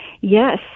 Yes